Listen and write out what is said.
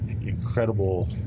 incredible